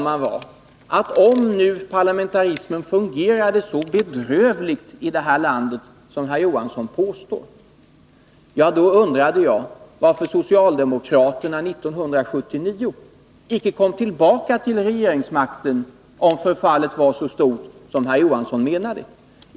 Men om nu parlamentarismen fungerade så bedrövligt i det här landet som herr Johansson påstod, herr talman, undrade jag varför socialdemokraterna inte 1979 kom tillbaka till regeringsmakten — om nu förfallet var så stort som herr Johansson menade.